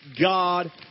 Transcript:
God